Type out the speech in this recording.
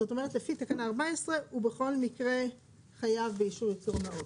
זאת אומרת לפי תקנה 14 הוא בכל מקרה חייב באישור ייצור נאות.